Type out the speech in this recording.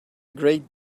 great